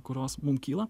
kurios mum kyla